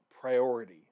priority